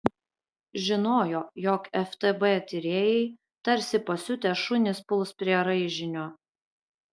žinojo jog ftb tyrėjai tarsi pasiutę šunys puls prie raižinio